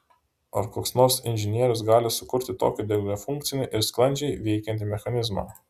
ar koks nors inžinierius gali sukurti tokį daugiafunkcį ir sklandžiai veikiantį mechanizmą